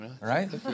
right